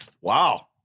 Wow